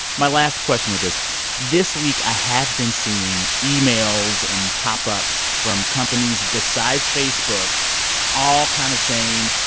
my last question with this this week, i have been seeing emails and pop-ups from companies besides facebook all kind of saying,